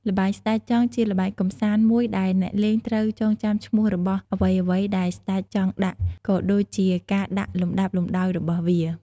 ល្បែងស្តេចចង់ជាល្បែងកម្សាន្តមួយដែល អ្នកលេងត្រូវចងចាំឈ្មោះរបស់អ្វីៗដែលស្តេចចង់ដាក់ ក៏ដូចជាការដាក់លំដាប់លំដោយរបស់វា។